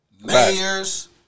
mayors